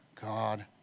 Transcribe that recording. God